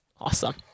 Awesome